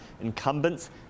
incumbents